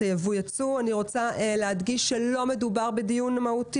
אני רוצה להדגיש שלא מדובר בדיון מהותי